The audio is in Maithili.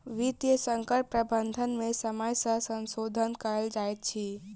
वित्तीय संकट प्रबंधन में समय सॅ संशोधन कयल जाइत अछि